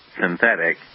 synthetic